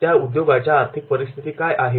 त्या उद्योगाच्या आर्थिक परिस्थिती काय आहेत